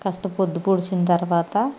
కాస్త పొద్దుపొడిచిన తరువాత